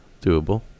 doable